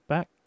Back